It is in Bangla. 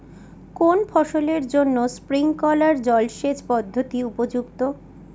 কোন ফসলের জন্য স্প্রিংকলার জলসেচ পদ্ধতি উপযুক্ত?